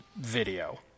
video